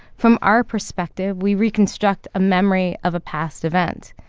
from our perspective, we reconstruct a memory of a past event.